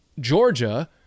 Georgia